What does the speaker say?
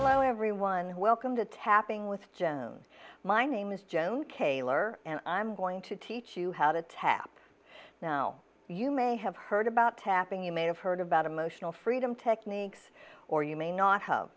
flow everyone welcome to tapping with joan my name is joan kaylor and i'm going to teach you how to tap now you may have heard about tapping you may have heard about emotional freedom techniques or you may not h